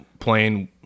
Playing